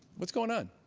what's going on?